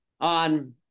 on